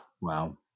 Wow